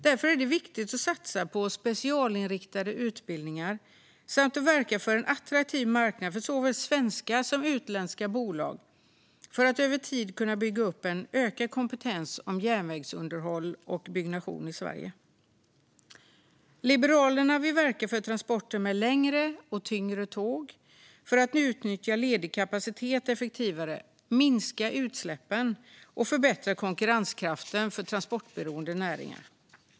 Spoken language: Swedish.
Därför är det viktigt att satsa på specialinriktade utbildningar och att verka för en attraktiv marknad för såväl svenska som utländska bolag för att över tid bygga upp en ökad kompetens om järnvägsunderhåll och byggnation i Sverige. Liberalerna vill verka för transporter med längre och tyngre tåg för att på ett effektivare sätt utnyttja ledig kapacitet, minska utsläppen och förbättra konkurrenskraften för transportberoende näringar.